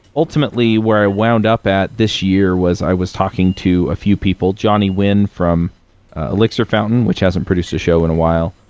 ultimately, where i wound up at this year was i was talking to a few people. johnny winn from elixir fountain, which hasn't a produced a show in a while,